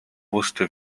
wusste